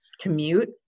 commute